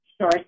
Sure